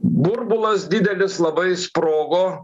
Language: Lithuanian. burbulas didelis labai sprogo